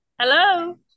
Hello